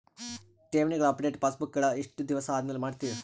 ಠೇವಣಿಗಳ update passbook ವಳಗ ಎಷ್ಟ ದಿವಸ ಆದಮೇಲೆ ಮಾಡ್ತಿರ್?